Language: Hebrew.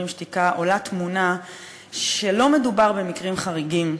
שתיקה" עולה תמונה שלא מדובר במקרים חריגים,